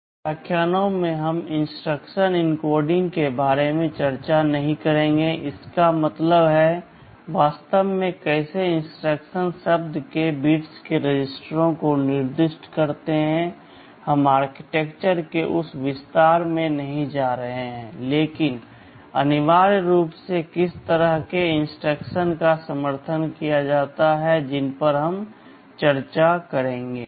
इन व्याख्यानों में हम इंस्ट्रक्शन एन्कोडिंग के बारे में चर्चा नहीं करेंगे इसका मतलब है वास्तव में कैसे इंस्ट्रक्शन शब्द के बिट्स रजिस्टरों को निर्दिष्ट करते हैं हम आर्किटेक्चर के उस विस्तार में नहीं जा रहे हैं लेकिन अनिवार्य रूप से किस तरह के इंस्ट्रक्शन का समर्थन किया जाता है जिन पर हम चर्चा करेंगे